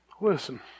Listen